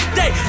day